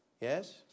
Yes